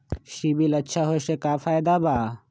CIBIL अच्छा होऐ से का फायदा बा?